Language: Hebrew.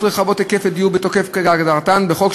רחבות היקף לדיור בתוקף כהגדרתן בחוק,